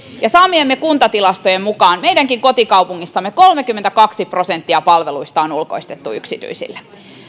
ja saamiemme kuntatilastojen mukaan meidänkin kotikaupungissamme kolmekymmentäkaksi prosenttia palveluista on ulkoistettu yksityisille